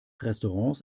restaurants